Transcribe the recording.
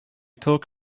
talk